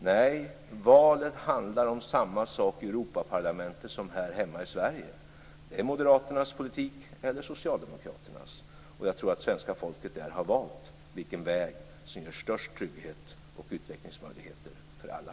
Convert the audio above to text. Nej, valet handlar om samma sak i Europaparlamentet som här hemma i Sverige. Det är moderaternas politik eller socialdemokraternas. Jag tror att svenska folket där har valt vilken väg som ger störst trygghet och utvecklingsmöjligheter för alla.